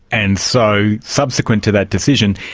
and so subsequent to that decision,